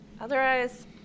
otherwise